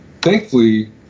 thankfully